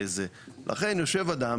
אכן יושב אדם,